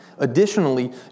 Additionally